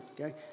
Okay